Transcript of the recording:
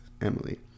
Emily